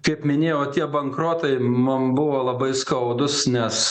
kaip minėjau tie bankrotai mum buvo labai skaudūs nes